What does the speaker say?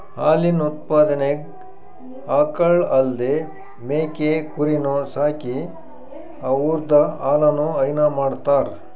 ಹಾಲಿನ್ ಉತ್ಪಾದನೆಗ್ ಆಕಳ್ ಅಲ್ದೇ ಮೇಕೆ ಕುರಿನೂ ಸಾಕಿ ಅವುದ್ರ್ ಹಾಲನು ಹೈನಾ ಮಾಡ್ತರ್